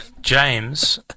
James